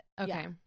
Okay